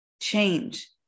change